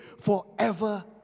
forever